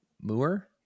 Muir